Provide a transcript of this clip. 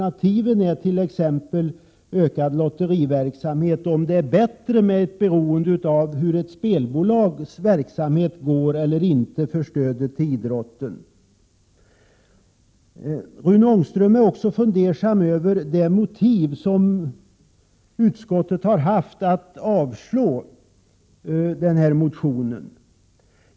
Man kan då fråga sig om det är bättre att för stödet till idrotten vara beroende av hur ett spelbolags verksamhet går eller inte går. Rune Ångström ställer sig också undrande till utskottets motiv för att avstyrka den här motionen.